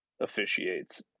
officiates